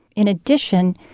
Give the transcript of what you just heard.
in addition,